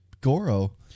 Goro